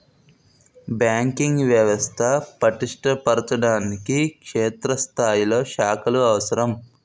banking వ్యవస్థ పటిష్ట పరచడానికి క్షేత్రస్థాయిలో శాఖలు అవసరం